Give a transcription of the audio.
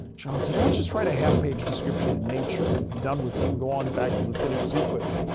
john said, well, let's just write a half page description in nature and be done with it and go on back to the finished sequence.